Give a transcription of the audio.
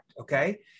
okay